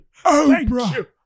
Oprah